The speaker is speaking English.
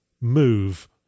move